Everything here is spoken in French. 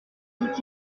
dit